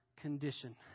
condition